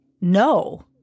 no